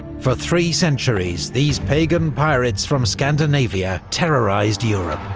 for three centuries, these pagan pirates from scandinavia terrorised europe,